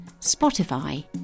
Spotify